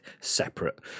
separate